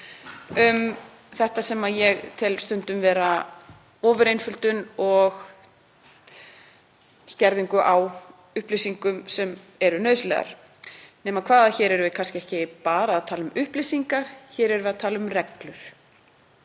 það sem ég tel stundum vera ofureinföldun og skerðingu á upplýsingum sem eru nauðsynlegar. Nema hvað að hér erum við ekki bara að tala um upplýsingar, hér erum við að tala um reglur.